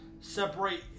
Separate